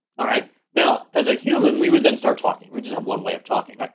alright now as a human we would then start talking. we just have one way of talking,